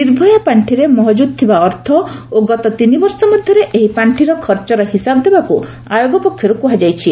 ନିର୍ଭୟା ପାଣ୍ଠିରେ ମହଳୁଦ ଥିବା ଅର୍ଥ ଓ ଗତ ତିନିବର୍ଷ ମଧ୍ୟରେ ଏହି ପାଖିର ଖର୍ଚ୍ଚର ହିସାବ ଦେବାକୁ ଆୟୋଗ ପକ୍ଷରୁ କୁହାଯାଇଛି